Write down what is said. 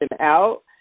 out